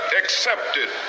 accepted